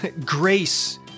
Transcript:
grace